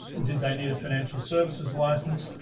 did they need a financial services license?